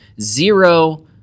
zero